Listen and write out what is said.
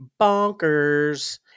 bonkers